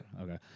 okay